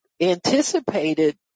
anticipated